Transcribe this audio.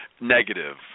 Negative